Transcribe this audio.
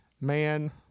man